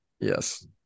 Yes